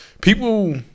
People